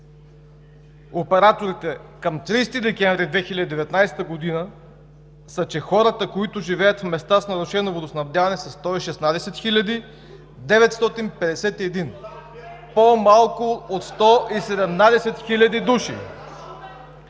операторите към 30 декември 2019 г., са, че хората, които живеят в места с нарушено водоснабдяване, са 116 хиляди 951 – по-малко от 117 хиляди души.